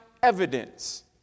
evidence